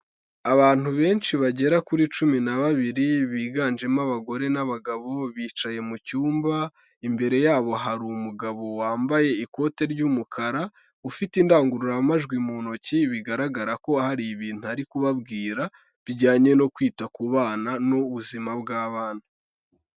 Abantu benshi bagera kuri cumi na babiri biganjemo abagore n'abagabo bicaye mu cyumba, imbere yabo hari umugabo wambaye ikote ry'umukara, ufite indangururamajwi mu ntoki, bigaragara ko hari ibintu ari kubabwira, bijyanye no kwita ku bana n'ubuzima bw'abana.